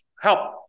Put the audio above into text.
help